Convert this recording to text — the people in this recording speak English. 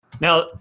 Now